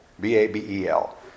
B-A-B-E-L